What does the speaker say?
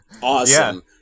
Awesome